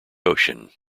ocean